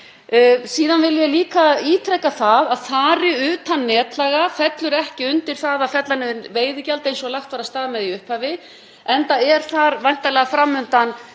Ég vil síðan líka ítreka að þari utan netlaga fellur ekki undir það að fella niður veiðigjald eins og lagt var af stað með í upphafi, enda er þar væntanlega fram undan